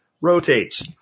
rotates